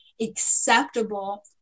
acceptable